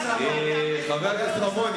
חבר הכנסת רמון,